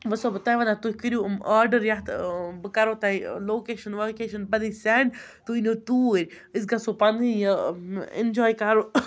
وٕ چھِسو بہٕ تۄہہِ وَنان تُہۍ کٔرِو یِم آرڈَر یَتھ بہٕ کَرو تۄہہِ لوکیشَن ووکیشَن پَنٕںۍ سٮ۪نٛڈ تُہۍ أنِو توٗرۍ أسۍ گژھو پنٛنُے یہِ اِنجاے کَرو